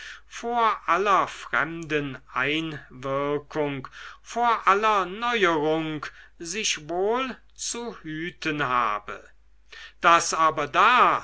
vor aller fremden einwirkung vor aller neuerung sich wohl zu hüten habe daß aber da